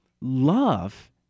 love